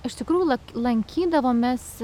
iš tikrųjų lankydavomės